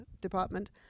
department